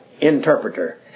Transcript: interpreter